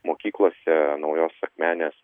mokyklose naujosios akmenės